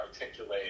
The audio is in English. articulate